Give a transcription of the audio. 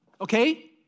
okay